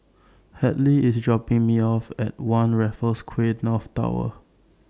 Hadley IS dropping Me off At one Raffles Quay North Tower